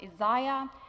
Isaiah